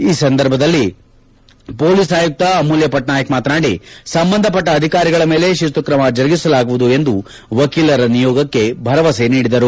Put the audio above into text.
ಈ ಸಂದರ್ಭದಲ್ಲಿ ಪೊಲೀಸ್ ಆಯುಕ್ತ ಅಮೂಲ್ಯ ಪಟ್ನಾಯಕ್ ಮಾತನಾಡಿ ಸಂಬಂಧಪಟ್ಟ ಅಧಿಕಾರಿಗಳ ಮೇಲೆ ಶಿಸ್ತು ಕ್ರಮ ಜರುಗಿಸಲಾಗುವುದು ಎಂದು ವಕೀಲರ ನಿಯೋಗಕ್ಕೆ ಭರವಸೆ ನೀಡಿದರು